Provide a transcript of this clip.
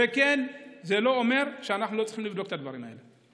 וזה לא אומר שאנחנו לא צריכים לבדוק את הדברים האלה.